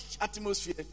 atmosphere